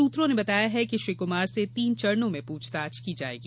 सूत्रों ने बताया है कि श्री कुमार से तीन चरणों में प्रछताछ की जाएगी